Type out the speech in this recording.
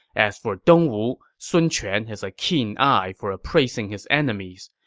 as for dongwu, sun quan has a keen eye for appraising his enemies.